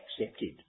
accepted